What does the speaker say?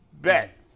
bet